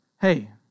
hey